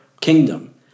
kingdom